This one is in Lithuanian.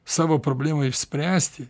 savo problemai išspręsti